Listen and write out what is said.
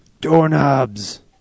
Doorknobs